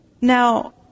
Now